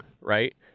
right